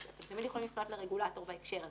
אתם תמיד יכולים לפנות לרגולטור בהקשר הזה.